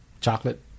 chocolate